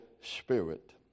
Spirit